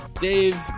Dave